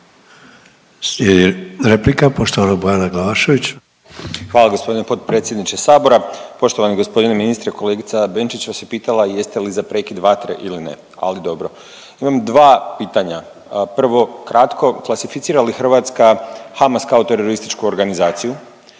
**Glavašević, Bojan (Nezavisni)** Hvala g. potpredsjedniče sabora. Poštovani g. ministre, kolegica Benčić vas je pitala jeste li za prekid vatre ili ne, ali dobro. Imam dva pitanja, prvo kratko, klasificira li Hrvatska Hamas kao terorističku organizaciju?